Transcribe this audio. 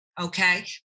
Okay